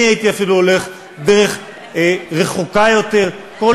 אני הייתי אפילו הולך דרך ארוכה יותר: כל